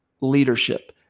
leadership